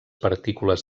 partícules